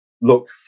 look